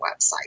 website